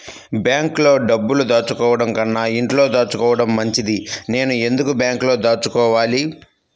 బ్యాంక్లో డబ్బులు దాచుకోవటంకన్నా ఇంట్లో దాచుకోవటం మంచిది నేను ఎందుకు బ్యాంక్లో దాచుకోవాలి?